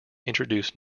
introduced